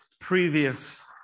previous